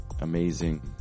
amazing